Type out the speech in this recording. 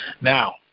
now